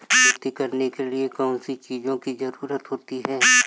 खेती करने के लिए कौनसी चीज़ों की ज़रूरत होती हैं?